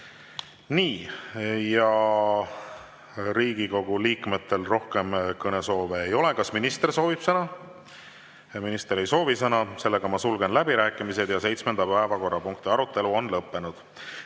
Nii, Riigikogu liikmetel rohkem kõnesoove ei ole. Kas minister soovib sõna? Minister ei soovi sõna. Ma sulgen läbirääkimised. Seitsmenda päevakorrapunkti arutelu on lõppenud.